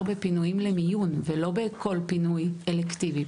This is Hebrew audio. בפינויים למיון ולא בכל פינוי אלקטיבי.